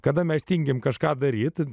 kada mes tingime kažką daryti